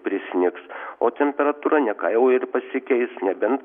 prisnigs o temperatūra ne ką jau ir pasikeis nebent